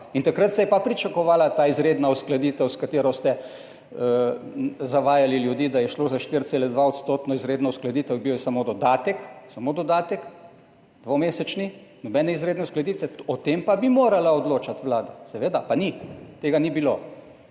In takrat se je pa pričakovala ta izredna uskladitev, s katero ste zavajali ljudi, da je šlo za 4,2-odstotno izredno uskladitev. Bil je samo dodatek, samo dodatek, dvomesečni, nobene izredne uskladitve, o tem pa bi morala odločati vlada, seveda pa ni. Tega ni bilo.